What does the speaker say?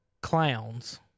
clowns